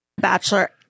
Bachelor